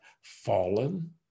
fallen